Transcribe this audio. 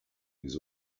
les